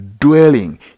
dwelling